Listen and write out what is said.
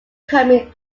coming